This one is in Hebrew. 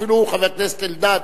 אפילו חבר הכנסת אלדד